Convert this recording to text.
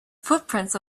footprints